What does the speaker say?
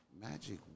Magic